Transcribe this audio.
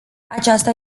aceasta